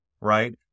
right